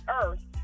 earth